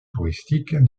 touristiques